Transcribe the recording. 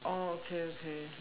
okay okay